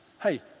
hey